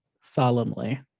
solemnly